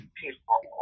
people